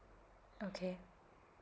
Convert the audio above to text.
okay